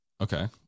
okay